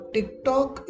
TikTok